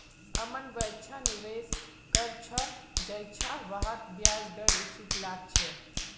अमन वैछा निवेश कर छ जैछा वहाक ब्याज दर उचित लागछे